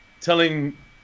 telling